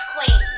Queen